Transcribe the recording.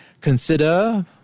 consider